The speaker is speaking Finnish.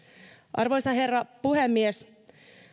arvoisa herra puhemies